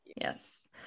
yes